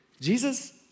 Jesus